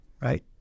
Right